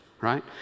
right